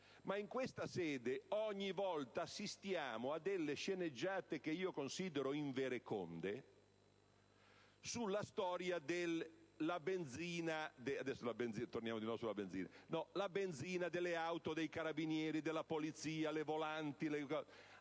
ma in questa sede ogni volta assistiamo a delle sceneggiate che considero invereconde sulla storia della benzina delle auto dei carabinieri e della polizia. Vi informo